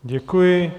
Děkuji.